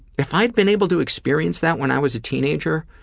if i'd been able to experience that when i was a teenager,